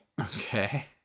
Okay